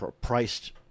priced